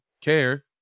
care